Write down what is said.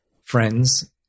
friends